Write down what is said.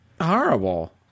Horrible